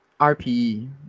RPE